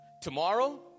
Tomorrow